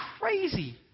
crazy